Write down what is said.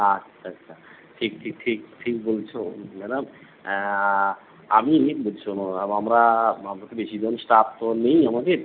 আচ্ছা আচ্ছা ঠিক ঠিক ঠিক ঠিক বলছো ম্যাডাম আমি বলছি শোনো আমরা আমরা তো বেশিজন স্টাফ তো নেই আমাদের